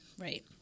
Right